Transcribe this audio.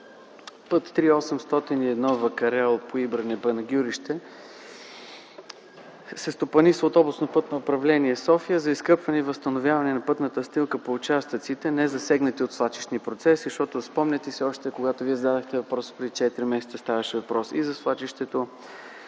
път 3 – 801 „Вакарел–Поибрене–Панагюрище” се стопанисва от Областно пътно управление – София. За изкърпване и възстановяване на пътната настилка по участъците, незасегнати от свлачищни процеси, защото, спомняте си, когато зададохте въпроса преди 4 месеца, ставаше въпрос и за свлачището.